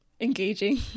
engaging